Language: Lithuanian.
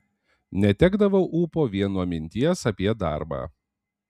netekdavau ūpo vien nuo minties apie darbą